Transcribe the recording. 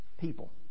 People